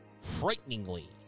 Frighteningly